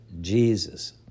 Jesus